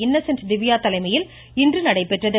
Innocent Divya தலைமையில் இன்று நடைபெற்றது